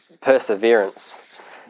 perseverance